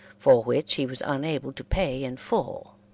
for which he was unable to pay in full.